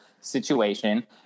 situation